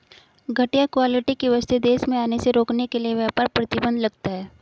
घटिया क्वालिटी की वस्तुएं देश में आने से रोकने के लिए व्यापार प्रतिबंध लगता है